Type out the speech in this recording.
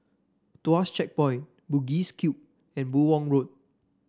Tuas Checkpoint Bugis Cube and Buyong Road